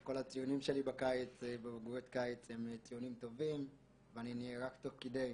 כל הציונים שלי בבגרויות קיץ הם ציונים טובים ואני נערך תוך כדי.